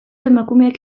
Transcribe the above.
emakumeek